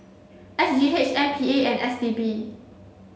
S G H M P A and S T B